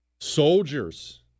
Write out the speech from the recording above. soldiers